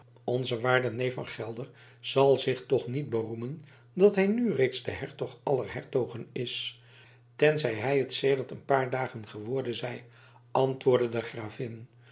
onze waarde neef van gelder zal zich toch niet beroemen dat hij nu reeds de hertog aller hertogen is tenzij hij het sedert een paar dagen geworden zij antwoordde de gravin